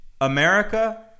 America